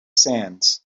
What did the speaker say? sands